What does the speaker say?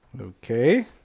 Okay